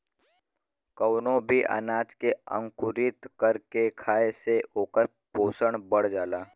कवनो भी अनाज के अंकुरित कर के खाए से ओकर पोषण बढ़ जाला